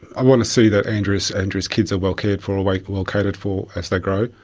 i want to see that andrea's andrea's kids are well cared for, like well catered for as they grow.